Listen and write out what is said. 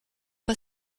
pas